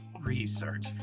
research